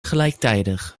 gelijktijdig